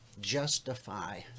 justify